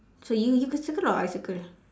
so you you can circle or I circle